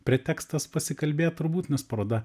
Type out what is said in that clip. pretekstas pasikalbėt turbūt nes paroda